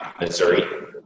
Missouri